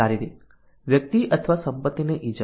શારીરિક વ્યક્તિ અથવા સંપત્તિને ઇજા